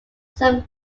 some